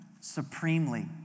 supremely